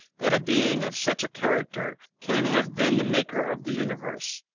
that a being of such a character can have been the maker of the universe.